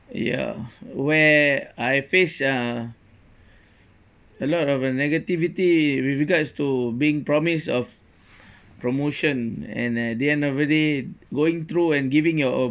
ya where I face uh a lot of a negativity with regards to being promised of promotion and at the end of the day going through and giving your